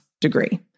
degree